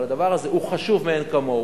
אבל הדבר הזה הוא חשוב מאין כמוהו,